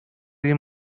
این